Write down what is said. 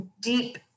deep